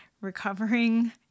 recovering